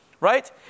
right